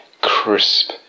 crisp